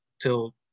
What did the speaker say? till